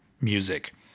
music